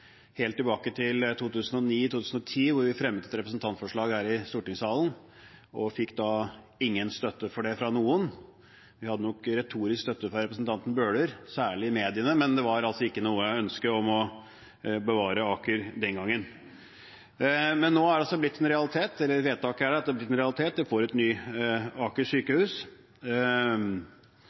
helt tilbake til 2009–2010, da vi fremmet et representantforslag her i stortingssalen, men ikke fikk støtte for det fra noen. Vi hadde nok retorisk støtte fra representanten Bøhler, særlig i mediene, men det var altså ikke noe ønske om å bevare Aker den gangen. Nå er vedtaket blitt en realitet – vi får et nytt Aker sykehus, og sykehusstrukturen for Oslo er vedtatt. Nå er det bred enighet om det, og det